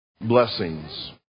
blessings